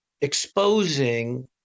exposing